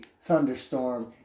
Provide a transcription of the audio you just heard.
thunderstorm